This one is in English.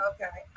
Okay